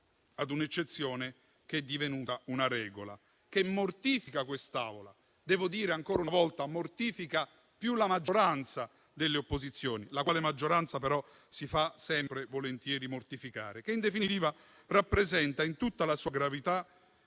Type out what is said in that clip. a un'eccezione che è divenuta una regola, che mortifica questa Aula. Devo dire, ancora una volta, che mortifica più la maggioranza delle opposizioni, la quale maggioranza però si fa sempre mortificare volentieri. In definitiva ciò rappresenta, in tutta la sua gravità,